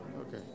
Okay